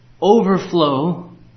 overflow